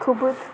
खूबूच